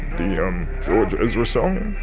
the um george ezra song.